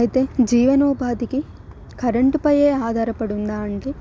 అయితే జీవనోపాధికి కరెంటుపై ఆధారపడి ఉందని